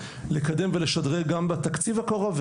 לקדם ולשדרג גם בתקציב הקרוב,